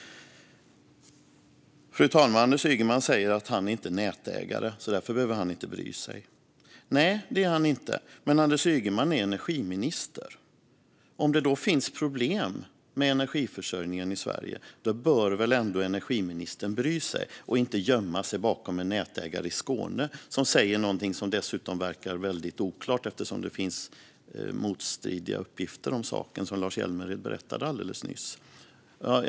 Fru talman! Anders Ygeman säger att han inte är nätägare och att han därför inte behöver bry sig. Nej, det är han inte, men Anders Ygeman är energiminister. Om det finns problem med energiförsörjningen i Sverige bör väl ändå energiministern bry sig och inte gömma sig bakom en nätägare i Skåne som säger någonting som dessutom verkar väldigt oklart eftersom det finns motstridiga uppgifter om saken, som Lars Hjälmered berättade alldeles nyss?